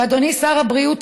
ואדוני שר הבריאות,